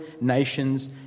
nations